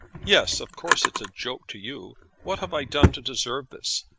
yes of course it's a joke to you. what have i done to deserve this?